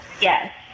Yes